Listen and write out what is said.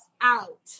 out